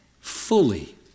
fully